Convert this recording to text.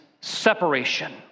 separation